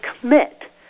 commit